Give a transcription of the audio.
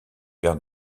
père